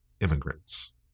Immigrants